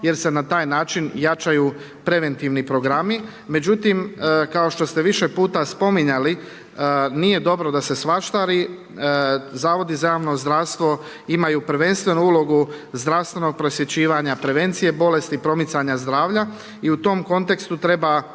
jer se na taj način jačaju preventivni programi. Međutim, kao što ste više puta spominjali nije dobro da se svaštari. Zavodi za javno zdravstvo imaju prvenstveno ulogu zdravstvenog prosvjećivanja, prevencije bolesti, promicanja zdravlja i u tom kontekstu treba